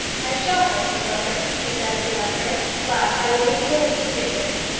i shall press you further, he said, as he left her but i will leave you a week to think of it.